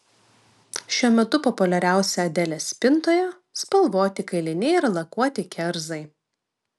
šiuo metu populiariausi adelės spintoje spalvoti kailiniai ir lakuoti kerzai